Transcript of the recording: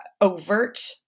overt